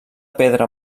pedra